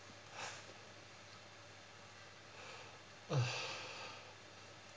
uh